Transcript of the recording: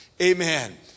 Amen